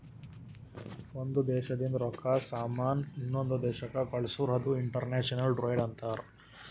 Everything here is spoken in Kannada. ಒಂದ್ ದೇಶದಿಂದ್ ರೊಕ್ಕಾ, ಸಾಮಾನ್ ಇನ್ನೊಂದು ದೇಶಕ್ ಕಳ್ಸುರ್ ಅದು ಇಂಟರ್ನ್ಯಾಷನಲ್ ಟ್ರೇಡ್ ಅಂತಾರ್